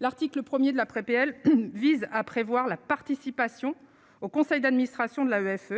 l'article 1er de la PrEP, elle vise à prévoir la participation au conseil d'administration de la greffe